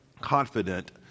confident